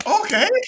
Okay